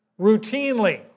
routinely